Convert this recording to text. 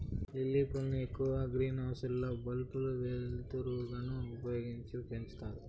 lily పూలను ఎక్కువగా green house లలో బల్బుల వెలుతురును ఉపయోగించి పెంచుతారు